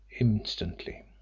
instantly